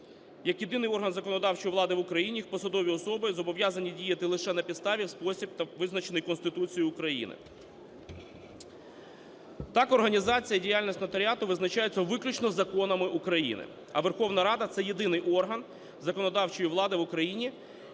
як єдиний орган законодавчої влади в Україні, їх посадові особи зобов'язані діяти лише на підставі, у спосіб та визначений Конституцією України. Так організація і діяльність нотаріату визначаються виключно законами України. А Верховна Рада – це єдиний орган законодавчої влади в Україні,